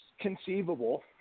conceivable